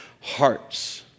hearts